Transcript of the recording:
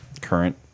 Current